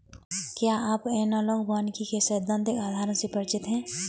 क्या आप एनालॉग वानिकी के सैद्धांतिक आधारों से परिचित हैं?